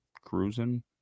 cruising